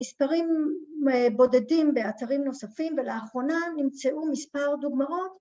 ‫מספרים בודדים באתרים נוספים, ‫ולאחרונה נמצאו מספר דוגמאות.